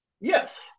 Yes